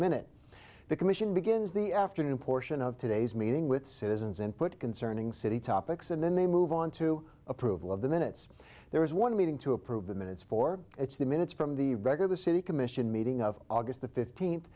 minute the commission begins the afternoon portion of today's meeting with citizens input concerning city topics and then they move on to approval of the minutes there was one meeting to approve the minutes for its the minutes from the regular city commission meeting of august the fifteenth